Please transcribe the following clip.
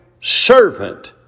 servant